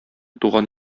туган